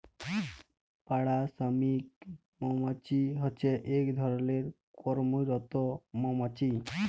পাড়া শ্রমিক মমাছি হছে ইক ধরলের কম্মরত মমাছি